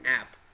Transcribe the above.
app